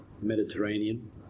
mediterranean